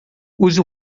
use